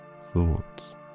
thoughts